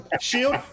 Shield